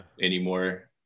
anymore